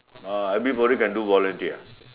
uh everybody can do volunteer